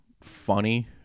funny